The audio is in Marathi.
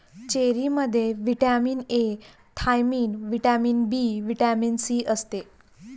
चेरीमध्ये vitamin A, thiamine, vitamin B, vitamin C असते